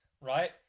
right